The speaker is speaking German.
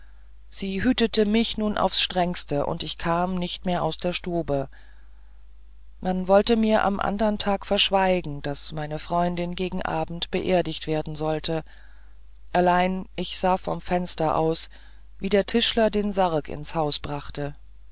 sie hütete mich nun aufs strengste und ich kam nicht mehr aus der stube man wollte mir am andern tag verschweigen daß meine freundin gegen abend beerdigt werden sollte allein ich sah vom fenster aus wie der tischler den sarg ins haus brachte